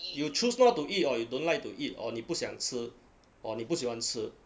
you choose not to eat or you don't like to eat or 你不想吃 or 你不喜欢吃